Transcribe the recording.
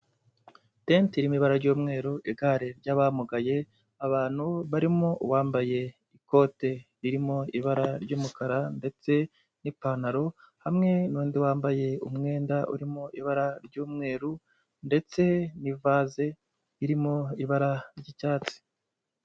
Tente irimo bara ry'umweru, igare ry'abamugaye, abantu barimo bambaye ikote ririmo ibara ry'umukara ndetse n'ipantaro, hamwe n'undi wambaye umwenda urimo ibara ry'umweru, ndetse n'ivaze irimo ibara ry'icyatsi.